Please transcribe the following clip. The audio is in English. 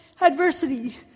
adversity